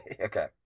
Okay